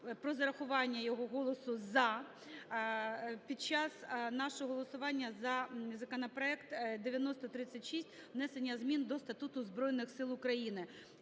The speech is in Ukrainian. про зарахування його голосу "за" під час нашого голосування за законопроект 9036, внесення змін до Статуту Збройних Сил України.